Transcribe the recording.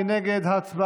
מי נגד?